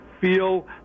feel